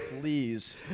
Please